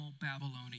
Babylonian